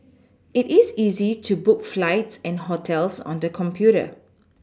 it is easy to book flights and hotels on the computer